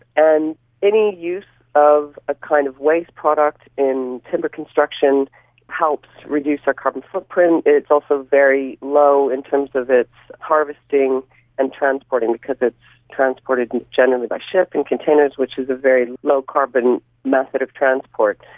and any use of a kind of waste product in timber construction helps reduce our carbon footprint, it's also very low in terms of its harvesting and transporting because it is transported generally by ship, in containers, which is a very low carbon method of transport.